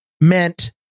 meant